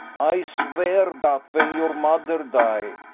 ay swear dat, ven your mo'der die.